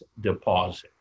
deposit